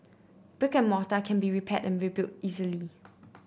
brick and mortar can be repaired and rebuilt easily